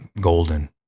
golden